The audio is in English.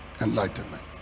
Enlightenment